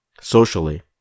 socially